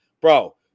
Bro